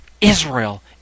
Israel